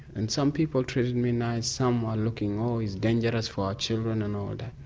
and some people treated and me nice, some were looking oh, he's dangerous for children' and all that.